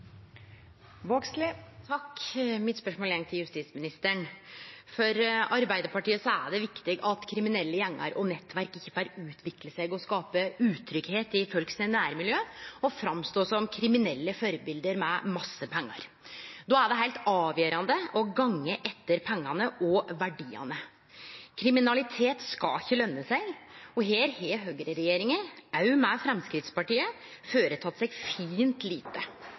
til justisministeren. For Arbeidarpartiet er det viktig at kriminelle gjengar og nettverk ikkje får utvikle seg og skape utryggleik i nærmiljøa til folk, og framstå som kriminelle førebilete med masse pengar. Då er det heilt avgjerande å gå etter pengane og verdiane. Kriminalitet skal ikkje løne seg, og her har høgreregjeringa, òg med Framstegspartiet, føreteke seg fint lite.